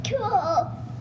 cool